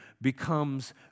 becomes